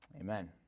Amen